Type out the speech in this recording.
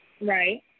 Right